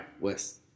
West